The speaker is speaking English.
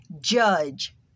judge